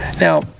Now